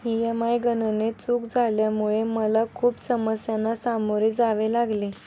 EMI गणनेत चूक झाल्यामुळे मला खूप समस्यांना सामोरे जावे लागले